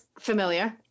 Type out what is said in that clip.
familiar